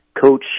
Coach